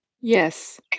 Yes